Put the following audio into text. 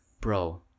Bro